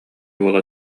буола